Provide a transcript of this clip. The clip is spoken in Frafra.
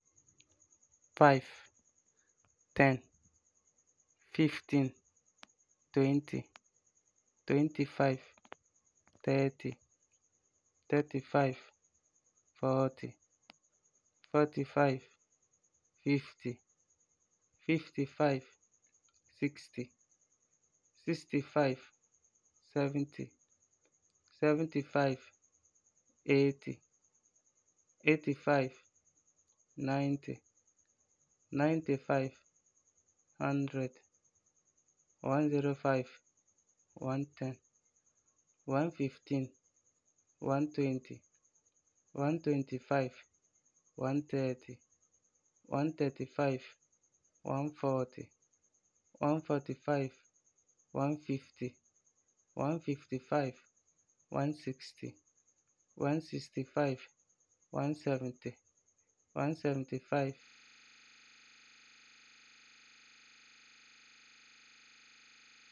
Five, ten, fifteen, twenty, twenty-five, thirty, thirty-five, forty, forty-five, fifty, fifty-five, sixty, sixty-five, seventy, seventy-five, eighty, eighty-five, ninety, ninety-five, hundred, one zero five, one ten, one fifteen, one twenty, one twenty-five, one thirty, one thirty-five, one forty, one forty-five, one fifty, one fifty-five, one sixty, one sixty-five, one seventy, one seventy-five